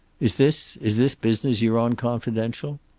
is this is this business you're on confidential?